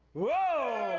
whoa!